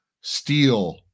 steel